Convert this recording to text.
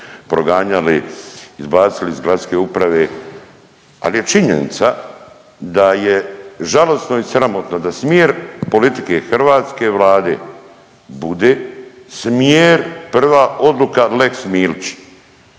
proganjali, izbacili iz gradske uprave. Ali je činjenica da je žalosno i sramotno da smjer politike hrvatske Vlade bude smjer prva odluka lex Milić.